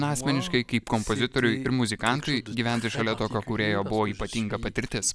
man asmeniškai kaip kompozitoriui ir muzikantui gyventi šalia tokio kūrėjo buvo ypatinga patirtis